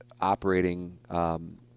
operating